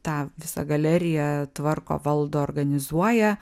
tą visą galeriją tvarko valdo organizuoja